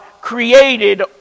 created